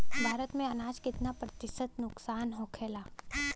भारत में अनाज कितना प्रतिशत नुकसान होखेला?